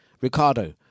Ricardo